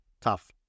tough